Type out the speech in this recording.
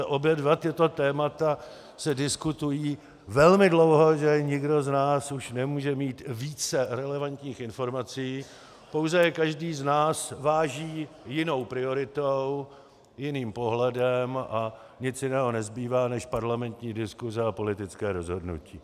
Obě dvě tato témata se diskutují velmi dlouho, že nikdo z nás už nemůže mít více relevantních informací, pouze každý z nás váží jinou prioritou, jiným pohledem a nic jiného nezbývá než parlamentní diskuse a politické rozhodnutí.